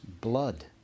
blood